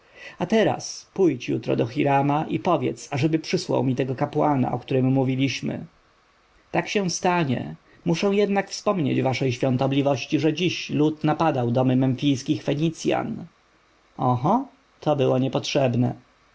a teraz pójdź jutro do hirama i powiedz ażeby przysłał mi tego kapłana o którym mówiliśmy tak się stanie muszę jednak wspomnieć waszej świątobliwości że dzisiaj lud napadał domy memfijskich fenicjan oho to było niepotrzebne